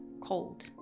cold